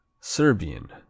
Serbian